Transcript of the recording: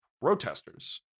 protesters